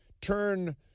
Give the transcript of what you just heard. turn